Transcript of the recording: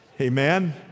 amen